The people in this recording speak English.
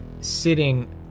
sitting